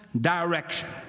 direction